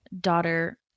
daughter